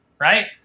right